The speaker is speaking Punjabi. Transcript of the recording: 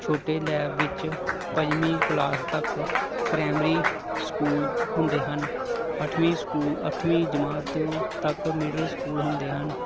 ਛੋਟੇ ਲੈਬ ਵਿੱਚ ਪੰਜਵੀਂ ਕਲਾਸ ਤੱਕ ਪ੍ਰਾਇਮਰੀ ਸਕੂਲ ਹੁੰਦੇ ਹਨ ਅੱਠਵੀਂ ਸਕੂਲ ਅੱਠਵੀਂ ਜਮਾਤ ਤੱਕ ਮਿਡਲ ਸਕੂਲ ਹੁੰਦੇ ਹਨ